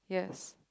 yes